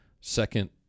second